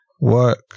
Work